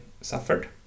suffered